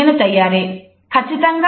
నేను తయ్యారే ఖచ్చితంగా